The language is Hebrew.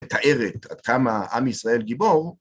‫מתארת עד כמה עם ישראל גיבור.